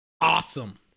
awesome